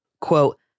quote